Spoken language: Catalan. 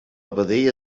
vedella